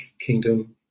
kingdom